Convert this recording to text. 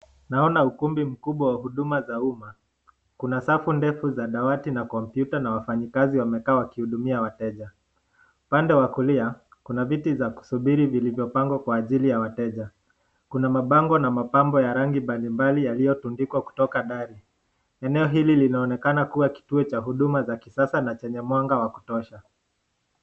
Naona ukumbuki mkubwa wa huduma za umma. Kuna safu ndefu za dawati na kompyuta na wafanyikazi wamekaa wakihudumia wateja . Upande wa kulia kuna viti za kusubiri vilivyopangwa Kwa ajili ya wateja . Kuna mabango na mapambo ya rangi mbalimbali yaliyotundikwa toka ndani . Eneo hili linaonekana kuwa kituo cha huduma za kisasa na chenye mwanga wa kutosha.